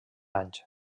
anys